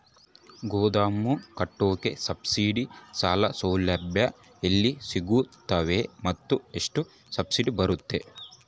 ಗೋದಾಮು ಕಟ್ಟೋಕೆ ಸಬ್ಸಿಡಿ ಸಾಲ ಸೌಲಭ್ಯ ಎಲ್ಲಿ ಸಿಗುತ್ತವೆ ಮತ್ತು ಎಷ್ಟು ಸಬ್ಸಿಡಿ ಬರುತ್ತೆ?